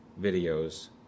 videos